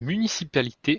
municipalité